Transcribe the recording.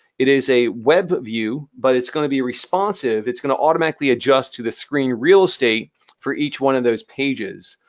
it is a web view, but it's going to be responsive. it's going to automatically adjust to the screen real estate for each one of those pages.